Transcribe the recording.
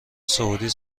سوئدی